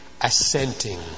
assenting